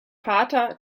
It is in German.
vater